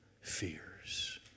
fears